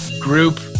group